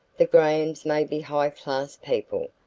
the grahams may be high class people,